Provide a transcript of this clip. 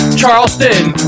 charleston